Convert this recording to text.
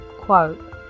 Quote